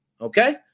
Okay